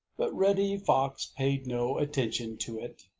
but reddy fox paid no attention to it.